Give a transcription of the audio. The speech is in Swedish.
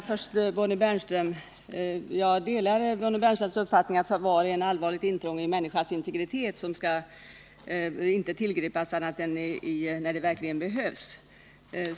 Herr talman! Jag delar Bonnie Bernströms uppfattning att förvar är ett allvarligt intrång i en människas integritet och inte skall tillgripas annat än när det verkligen behövs.